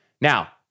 Now